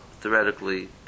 theoretically